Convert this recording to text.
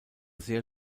sehr